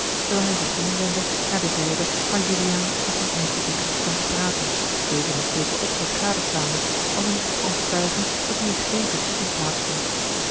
terwijl hij zich heen wendde naar de zijde waar juliaan nog met meester diedrich stond te praten dezen met zeker opzet gadeslaande als om zich te overtuigen dat hier geene vergissing